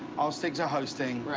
i'll stick to hosting.